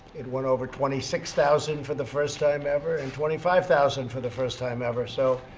it went over twenty six thousand for the first time ever, and twenty five thousand for the first time ever. so,